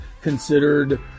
considered